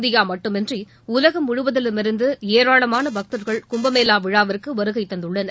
India மட்டுமின்றி உலகம் முழுவதிலிருந்து ஏராளமான பக்தர்கள் கும்பமேளா விழாவிற்கு வருகை தந்துள்ளனர்